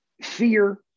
fear